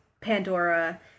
Pandora